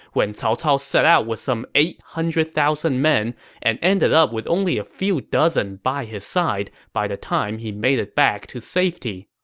when he ah set out with some eight hundred thousand men and ended up with only a few dozen by his side by the time he made it to safety.